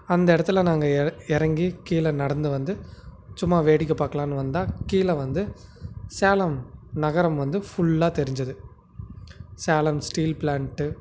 அந்த இடத்துல நாங்கள் இற இறங்கி கீழே நடந்து வந்து சும்மா வேடிக்கை பார்க்கலான்னு வந்தால் கீழே வந்து சேலம் நகரம் வந்து ஃபுல்லாக தெரிஞ்சுது சேலம் ஸ்டீல் பிளான்ட்டு